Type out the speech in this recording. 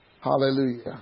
Hallelujah